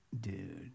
dude